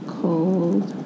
cold